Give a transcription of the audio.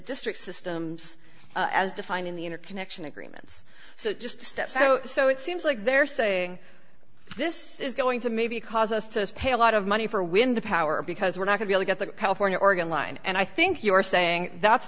district systems as defined in the inner connection agreements so just step so so it seems like they're saying this is going to maybe cause us to pay a lot of money for wind power because we're not going to get the california organ line and i think you're saying that's